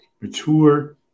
mature